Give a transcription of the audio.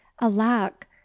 alack